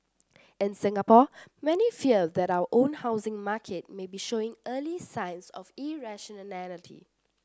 in Singapore many fear that our own housing market may be showing early signs of irrationality